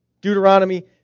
Deuteronomy